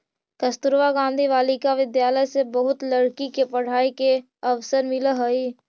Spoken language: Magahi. कस्तूरबा गांधी बालिका विद्यालय से बहुत लड़की के पढ़ाई के अवसर मिलऽ हई